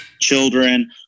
children